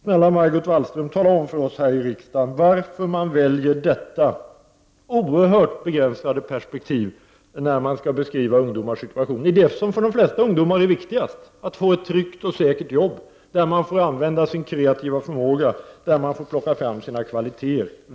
Snälla Margot Wallström, tala om för oss här i riksdagen varför man väljer detta oerhört begränsade perspektiv när man skall beskriva ungdomars situation! Det som för de flesta ungdomar är viktigast är att få ett tryggt och säkert jobb där man får använda sin kreativa förmåga och plocka fram sina kvaliteter.